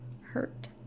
hurt